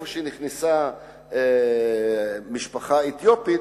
במקום שנכנסה משפחה אתיופית,